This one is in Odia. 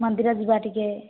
ମନ୍ଦିର ଯିବା ଟିକେ